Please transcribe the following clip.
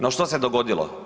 No što se dogodilo?